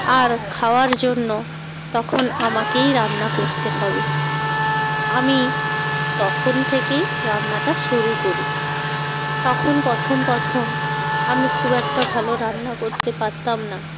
আর খাওয়ার জন্য তখন আমাকেই রান্না করতে হবে আমি তখন থেকেই রান্নাটা শুরু করি তখন প্রথম প্রথম আমি খুব একটা ভালো রান্না করতে পারতাম না